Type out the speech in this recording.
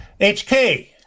HK